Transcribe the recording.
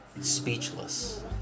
speechless